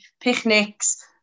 picnics